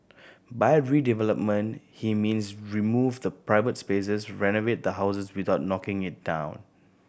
by redevelopment he means remove the private spaces renovate the house without knocking it down